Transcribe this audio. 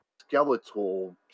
skeletal